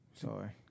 Sorry